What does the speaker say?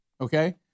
Okay